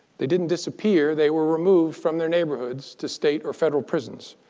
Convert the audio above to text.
they didn't disappear, they were removed from their neighborhoods to state or federal prisons,